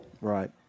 right